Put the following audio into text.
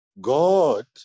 God